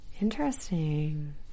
Interesting